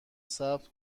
ثبت